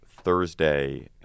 Thursday